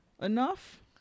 enough